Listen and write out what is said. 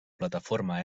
plataforma